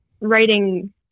writing